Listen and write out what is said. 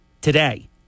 today